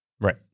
Right